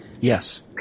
Yes